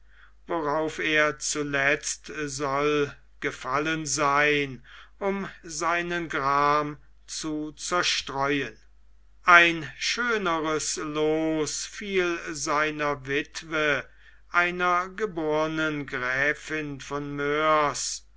worauf er zuletzt soll gefallen sein um seinen gram zu zerstreuen ein schöneres loos fiel seiner wittwe einer geborgen gräfin von mörs